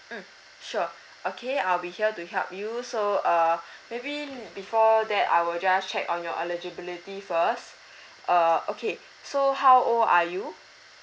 mm sure okay I'll be here to help you so uh maybe before that I will just check on your eligibility first uh okay so how old are you